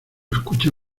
escucha